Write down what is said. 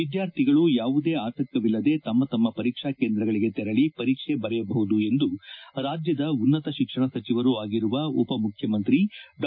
ವಿದ್ದಾರ್ಥಿಗಳು ಯಾವುದೇ ಆತಂಕವಿಲ್ಲದೆ ತಮ್ಮ ತಮ್ಮ ಪರೀಕ್ಷಾ ಕೇಂದ್ರಗಳಿಗೆ ತೆರಳಿ ಪರೀಕ್ಷೆ ಬರೆಯಬಹುದು ಎಂದು ಉನ್ನತ ಶಿಕ್ಷಣ ಸಚಿವರೂ ಆಗಿರುವ ಉಪ ಮುಖ್ಯಮಂತ್ರಿ ಡಾ